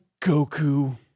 Goku